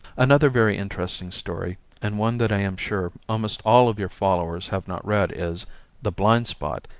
another very interesting story, and one that i am sure almost all of your followers have not read, is the blind spot,